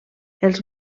els